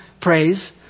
praise